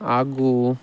ಹಾಗೂ